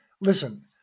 listen